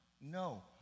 No